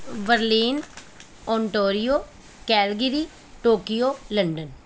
Berlin Ontario Calgary Tokyo London